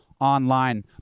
online